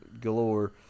galore